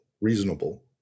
reasonable